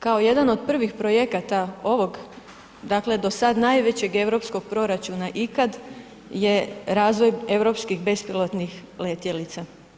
Kao jedan od prvih projekata ovog, dakle, do sad najvećeg europskog proračuna ikad je razvoj Europskih bespilotnih letjelica.